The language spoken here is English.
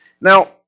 Now